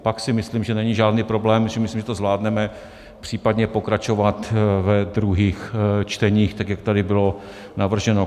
Pak si myslím, že není žádný problém, myslím si, že to zvládneme, případně pokračovat ve druhých čteních tak, jak tady bylo navrženo.